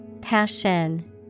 Passion